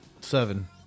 Seven